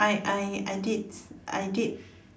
I I I did I did